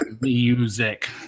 music